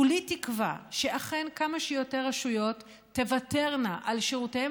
כולי תקווה שאכן כמה שיותר רשויות תוותרנה על שירותיהן